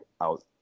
out